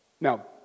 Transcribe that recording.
Now